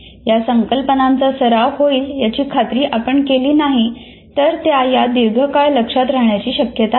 या संकल्पनांचा सराव होईल याची खात्री आपण केली नाही तर त्या या दीर्घकाळ लक्षात राहण्याची शक्यता नाही